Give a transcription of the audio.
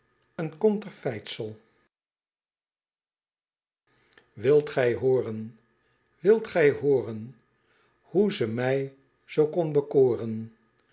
een konterfeitsel wilt gij hooren wilt gij hooren hoe ze mij zoo kon bekoren